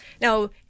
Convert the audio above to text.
Now